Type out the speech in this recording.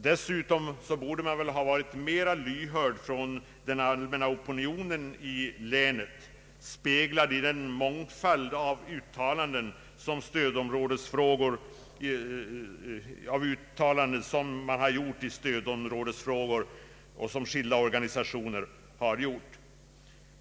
Dessutom borde man ha varit mer lyhörd för den allmänna opinionen i länet, speglad i den mångfald av uttalanden som i stödområdesfrågor gjorts av skilda organisationer.